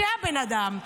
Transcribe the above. זה הבן אדם.